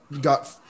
got